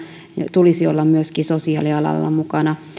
tulisi olla myöskin sosiaalialalla mukana